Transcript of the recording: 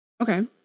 Okay